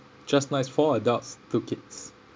just nice four adults two kids